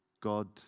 God